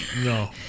No